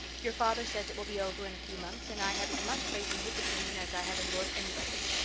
your father says it will be over in a few months and i have as much faith in his opinion as i have in lord anybody's.